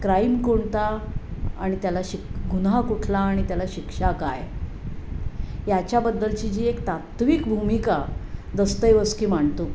crime कोणता आणि त्याला शिक गुन्हा कुठला आणि त्याला शिक्षा काय याच्याबद्दलची जी एक तात्विक भूमिका दस्तैवस्की मांडतो